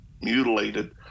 mutilated—